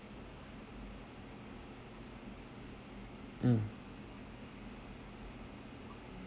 mm